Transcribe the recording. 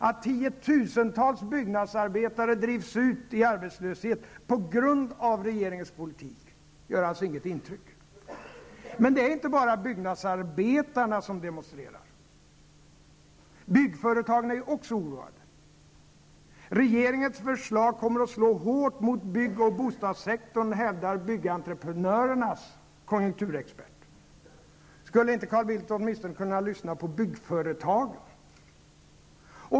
Att tiotusentals byggnadsarbetare drivs ut i arbetslöshet på grund av regeringens politik gör alltså inget intryck. Det är inte bara byggnadsarbetarna som demonstrerar. Byggföretagen är också oroade. ''Regeringens förslag kommer att slå hårt mot byggoch bostadssektorn'', hävdar Carl Bildt åtminstone kunna lyssna på byggföretagen?